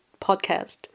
podcast